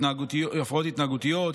התנהגותיות,